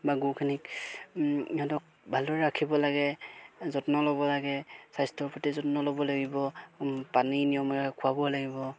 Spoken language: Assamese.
বা গৰুখিনিক সিহঁতক ভালদৰে ৰাখিব লাগে যত্ন ল'ব লাগে স্বাস্থ্যৰ প্ৰতি যত্ন ল'ব লাগিব পানী নিয়মেৰে খুৱাব লাগিব